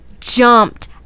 jumped